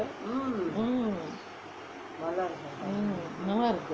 mm நல்லாருக்கும்:nallarukkum